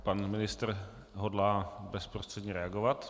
Pan ministr hodlá bezprostředně reagovat.